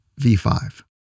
V5